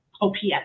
OPS